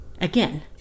again